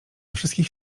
wszystkich